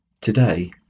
Today